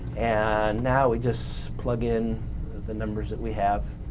and now we just plug in the numbers that we have